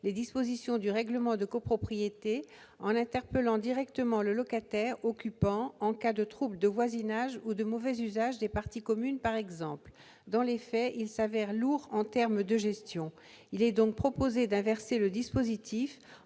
les dispositions du règlement de copropriété en interpellant directement le locataire occupant en cas de troubles de voisinage ou de mauvais usage des parties communes, par exemple. Dans les faits, il s'avère lourd en termes de gestion. Il est donc proposé d'inverser le dispositif